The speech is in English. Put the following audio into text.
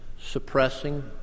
suppressing